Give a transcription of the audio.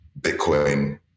Bitcoin